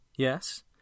Yes